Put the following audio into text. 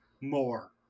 more